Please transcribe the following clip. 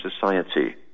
society